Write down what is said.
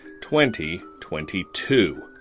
2022